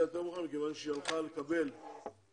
אני מתכבד לפתוח את ישיבת ועדת העלייה,